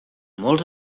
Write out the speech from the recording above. molts